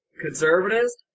conservatives